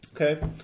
Okay